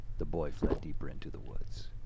the boy fled deeper into the woods.